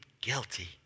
guilty